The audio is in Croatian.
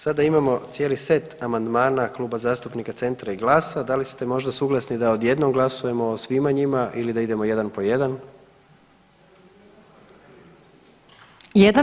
Sada imamo cijeli set amandmana Kluba zastupnika Centra i GLAS-a, da li ste možda suglasni da odjednom glasujemo o svima njima ili da idemo jedan po jedan?